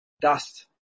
dust